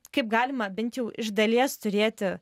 kaip galima bent jau iš dalies turėti